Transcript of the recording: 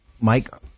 Mike